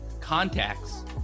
CONTACTS